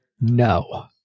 No